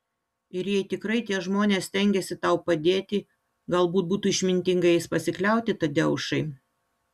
ir jei tikrai tie žmonės stengiasi tau padėti galbūt būtų išmintinga jais pasikliauti tadeušai